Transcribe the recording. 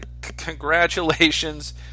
congratulations